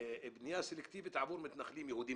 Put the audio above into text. סיימנו את נימוקי ההסתייגויות.